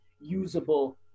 usable